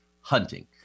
hunting